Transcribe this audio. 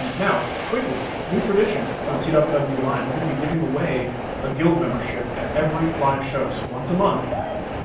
now, quickly, new tradition for tww but um live. we're gonna be giving away a guild membership at every live show, so once a month what?